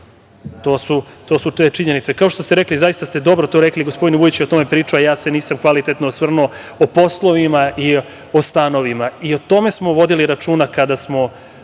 To su te činjenice. Kao što ste rekli, zaista ste dobro to rekli, gospodin Vujić je o tome pričao, a ja se nisam kvalitetno osvrnuo, o poslovima i o stanovima. I o tome smo vodili računa kada smo